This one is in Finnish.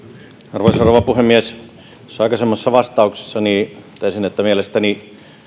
arvoisa rouva puhemies tuossa aikaisemmassa vastauksessani totesin että mielestäni